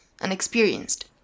unexperienced